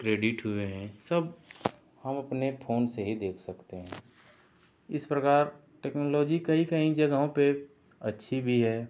credit हुए हैं सब हम आपने फोन से ही देख सकते हैं इस प्रकार टेक्नोलॉजी कई कई जगहों पर अच्छी भी है